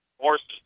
horses